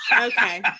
okay